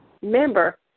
member